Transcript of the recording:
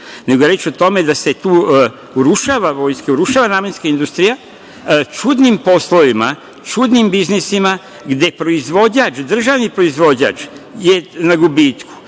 nego je reč o tome da se tu urušava vojska, urušava namenska industrija čudnim poslovima, čudnim biznisima, gde je proizvođač, državni proizvođač na gubitku,